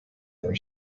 their